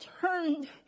turned